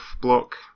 block